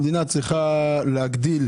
המדינה צריכה להגדיל